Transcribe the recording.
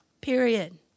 period